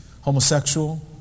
homosexual